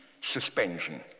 suspension